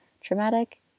traumatic